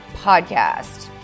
podcast